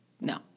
No